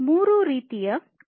ಮೂರು ರೀತಿಯ ಕೃತಿಗಳಿವೆ